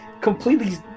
completely